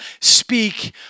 speak